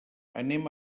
anem